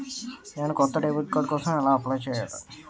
నేను కొత్త debit card కోసం ఎలా అప్లయ్ చేయాలి?